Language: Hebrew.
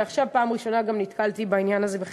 ועכשיו פעם ראשונה נתקלתי בעניין הזה גם בחיפה.